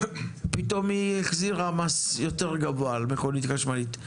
ופתאום היא החזירה מס יותר גבוה על מכונית חשמלית.